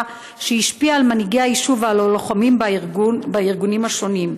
שהשפיעה על מנהיגי היישוב ועל הלוחמים בארגונים השונים.